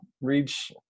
reach